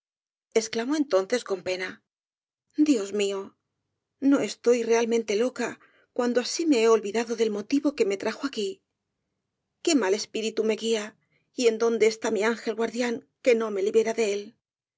exclamó entonces con pena dios mío no estoy realmente loca cuando así me he olvidado del motivo que me trajo aquí qué mal espíritu me guía y en dónde está mi ángel guardián que no me libra de él